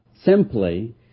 Simply